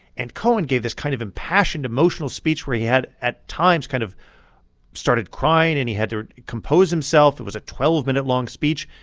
and cohen gave this kind of impassioned, emotional speech where he had, at times, kind of started crying. and he had to compose himself. it was a twelve minute long speech.